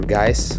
guys